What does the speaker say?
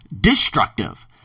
destructive